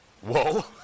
Whoa